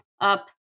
up